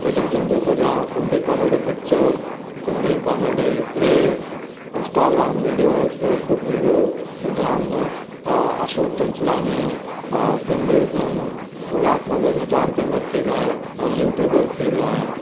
television जे ज़रिया Sindhi comedy pictures Sindhi comedy plays Instagram videos Facebook videos जाम अशोक चंचलानी अ सिंधीज़म उल्हासनगर में जाम फेमस थी विया आहिनि ऐं यूट्यूबर्स थी विया आहिनि